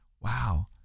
Wow